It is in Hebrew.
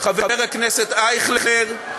חבר הכנסת אייכלר,